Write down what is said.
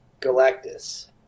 Galactus